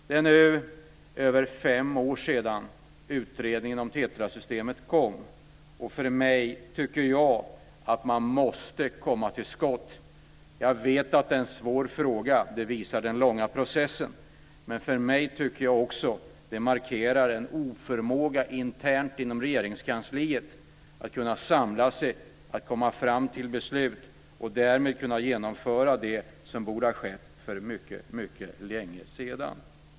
Det är nu över fem år sedan utredningen om TETRA-systemet kom, och jag tycker att man måste komma till skott. Jag vet att det är en svår fråga; det visar den långa processen. Men jag tycker också att det markerar en oförmåga att samla sig internt inom Regeringskansliet, att komma fram till beslut och därmed kunna genomföra det som borde ha genomförts för mycket länge sedan.